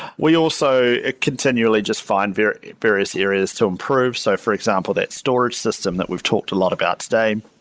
we also ah continually just find various various areas to improve. so for example, that storage system that we've talked a lot about today.